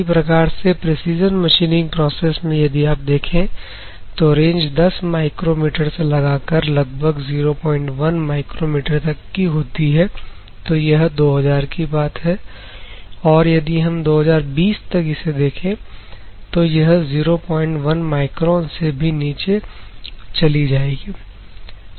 इसी प्रकार से प्रेसीजन मशीनिंग प्रोसेस में यदि आप देखें तो रेंज 10 माइक्रोमीटर से लगाकर लगभग 01 माइक्रोमीटर तक की होती है तो यह 2000 की बात है और यदि हम 2020 तक इसे देखें तो यह 01 माइक्रोन से भी नीचे चली जाएगी